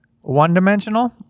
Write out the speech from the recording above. one-dimensional